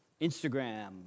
Instagram